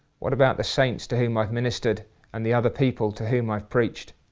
what about the saints to whom i've ministered and the other people to whom i've preached.